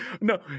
No